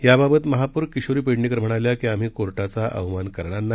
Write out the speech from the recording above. याबाबत महापौर किशोरी पेडणेकर म्हणाल्या की आम्ही कोर्टाचा अवमान करणार नाही